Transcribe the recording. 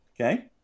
Okay